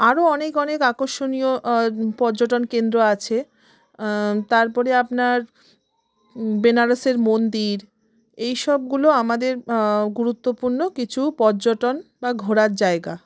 আ্ররও অনেক অনেক আকর্ষণীয় পর্যটন কেন্দ্র আছে তার পরে আপনার বেনারসের মন্দির এই সবগুলো আমাদের গুরুত্বপূর্ণ কিছু পর্যটন বা ঘোরার জায়গা